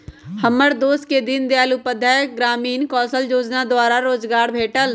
हमर दोस के दीनदयाल उपाध्याय ग्रामीण कौशल जोजना द्वारा रोजगार भेटल